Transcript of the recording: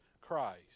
Christ